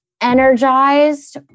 energized